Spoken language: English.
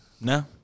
No